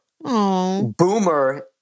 Boomer